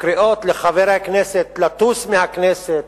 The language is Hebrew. הקריאות לחברי הכנסת לטוס מהכנסת,